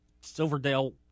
Silverdale